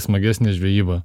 smagesnė žvejyba